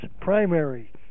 primary